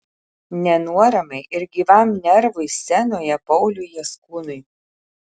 nenuoramai ir gyvam nervui scenoje pauliui jaskūnui